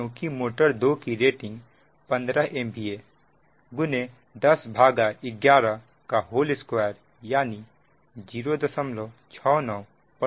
क्योंकि मोटर 2 की rating 15 MVA 10112 यानी 069 pu है